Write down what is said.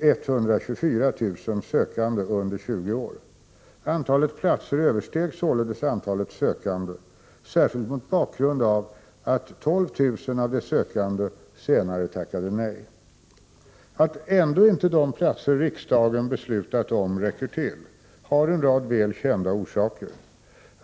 124 000 sökande under 20 år. Antalet platser översteg således antalet sökande, särskilt mot bakgrund av att 12 000 av de sökande senare tackade nej. Att ändå inte de platser riksdagen beslutat om räcker till har en rad väl kända orsaker.